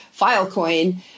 Filecoin